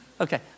Okay